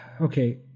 Okay